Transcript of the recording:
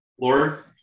Lord